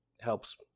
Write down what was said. helps